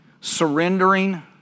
surrendering